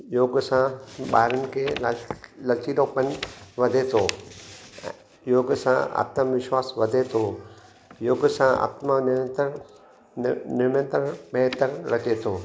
योग सां ॿारनि खे लच लचीलोपन वधे थो ऐं योग सां आत्मविश्वास वधे थो योग सां आत्मा निरंतर नियंत्रण बहितर लॻे थो